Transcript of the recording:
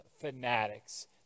fanatics